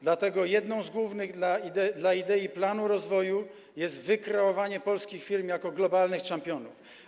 Dlatego jedną z głównych idei planu rozwoju jest wykreowanie polskich firm jako globalnych czempionów.